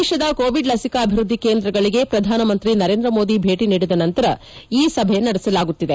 ದೇಶದ ಕೋವಿಡ್ ಲಸಿಕಾ ಅಭಿವೃದ್ದಿ ಕೇಂದ್ರಗಳಿಗೆ ಪ್ರಧಾನಮಂತ್ರಿ ನರೇಂದ್ರ ಮೋದಿ ಭೇಟಿ ನೀಡಿದ ನಂತರ ಈ ಸಭೆ ನಡೆಸಲಾಗುತ್ತಿದೆ